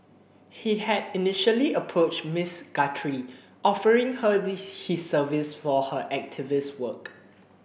he had initially approached Miss Guthrie offering her his services for her activist work